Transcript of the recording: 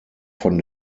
von